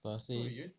per se